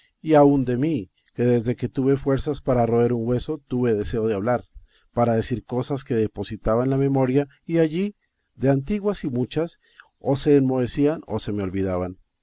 y aun de mí que desde que tuve fuerzas para roer un hueso tuve deseo de hablar para decir cosas que depositaba en la memoria y allí de antiguas y muchas o se enmohecían o se me olvidaban